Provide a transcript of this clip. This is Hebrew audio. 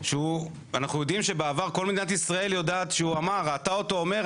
אנחנו יודעים שבעבר כל מדינת ישראל ראתה אותו אומר,